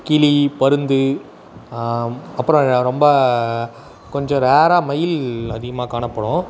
கிளி பருந்து அப்புறம் ரொம்ப கொஞ்சம் ரேராக மயில் அதிகமாக காணப்படும்